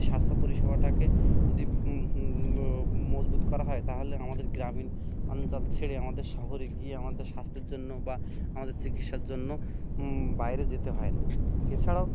স্বাস্থ্য পরিষেবাটাকে যদি মজবুত করা হয় তাহলে আমাদের গ্রামীণ অঞ্চল ছেড়ে আমাদের শহরে গিয়ে আমাদের স্বাস্থ্যের জন্য বা আমাদের চিকিৎসার জন্য বাইরে যেতে হয় না এছাড়াও